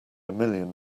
million